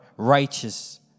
Righteous